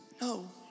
No